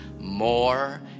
more